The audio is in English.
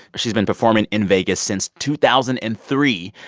she's been performing in vegas since two thousand and three.